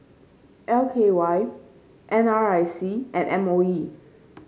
L K Y N R I C and M O E